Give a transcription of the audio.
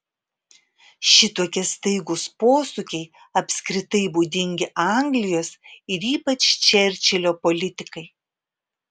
šitokie staigūs posūkiai apskritai būdingi anglijos ir ypač čerčilio politikai